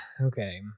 Okay